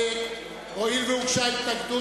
הואיל והוגשה התנגדות,